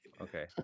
Okay